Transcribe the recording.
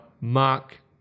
Mark